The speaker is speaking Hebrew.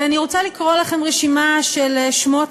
ואני רוצה לקרוא לכם רשימה של שמות